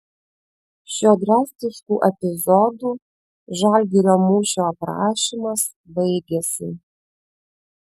šiuo drastišku epizodu žalgirio mūšio aprašymas baigiasi